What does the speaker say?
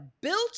built